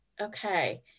okay